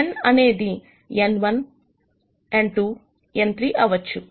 N అనేది n1n2n3 అవ్వచ్చు